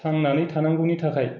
थांनानै थानांगौनि थाखाय